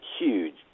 huge